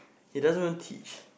he doesn't want teach